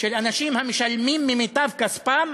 של אנשים המשלמים ממיטב כספם